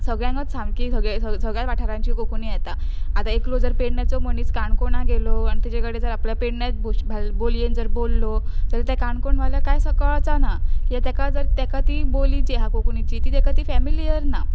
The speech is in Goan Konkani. सगळ्यांकच सामकी सग सगळ्या वाठारांची कोंकणी येता आतां एकलो जर पेडण्याचो मनीस काणकोणां गेलो आनी तेजे कडेन जर आपल्या पेडण्या बोलयेन जर बोल्लो जाल्या ते काणकोण वाल्याक कांय असां कळचां ना कित्याक तेका जर तेका ती बोली जी आहा कोंकणीची ती तेका ती फॅमिलियर ना